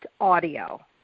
audio